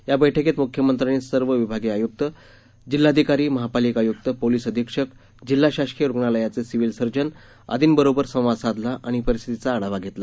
या बैठकीत मुख्यमंत्र्यांनी सर्व विभागीय आयुक्त जिल्हाधिकारी महापालिका आयुक्त पोलीस अधीक्षक जिल्हा शासकीय रुग्णालयाचे सिव्हिल सर्जन आदींबरोबर संवाद साधला आणि परिस्थितीचा आढावा घेतला